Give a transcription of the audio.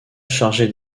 chargé